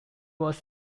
was